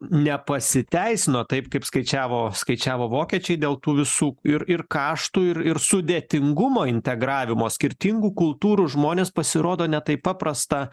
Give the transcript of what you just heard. nepasiteisino taip kaip skaičiavo skaičiavo vokiečiai dėl tų visų ir ir kaštų ir ir sudėtingumo integravimo skirtingų kultūrų žmones pasirodo ne taip paprasta